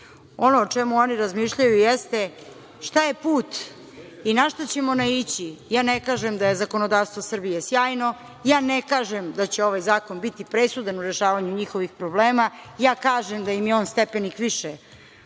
23.Ono o čemu oni razmišljaju jeste šta je put i na šta ćemo naići. Ja ne kažem da je zakonodavstvo Srbije sjajno, ne kažem da će ovaj zakon biti presudan u rešavanju njihovih problema, ja kažem da im je on stepenik više,